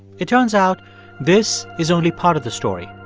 it turns out this is only part of the story.